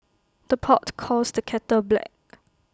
the pot calls the kettle black